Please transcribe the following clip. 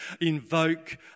invoke